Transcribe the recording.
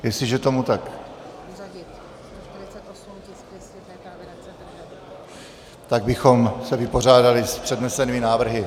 Jestliže tomu tak není, tak bychom se vypořádali s přednesenými návrhy.